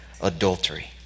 adultery